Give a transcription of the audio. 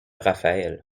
raphaël